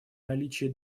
наличие